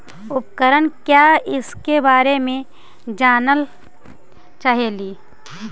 उपकरण क्या है इसके बारे मे जानल चाहेली?